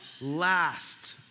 last